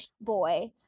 boy